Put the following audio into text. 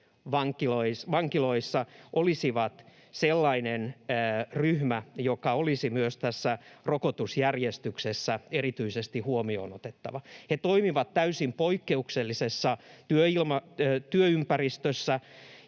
vankiloissa olisivat sellainen ryhmä, joka olisi myös tässä rokotusjärjestyksessä erityisesti huomioon otettava. He toimivat täysin poikkeuksellisessa työympäristössä,